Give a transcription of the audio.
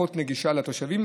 זה פחות נגיש לתושבים.